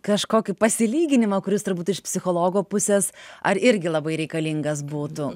kažkokį pasiliginimą kuris turbūt iš psichologo pusės ar irgi labai reikalingas būtų